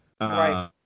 Right